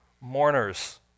mourners